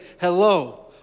Hello